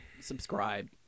subscribe